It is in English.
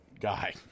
guy